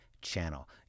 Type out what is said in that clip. channel